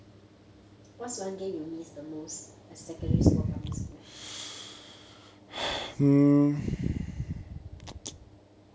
what's one game you miss the most as secondary school or primary school